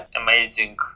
amazing